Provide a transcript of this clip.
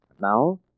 Now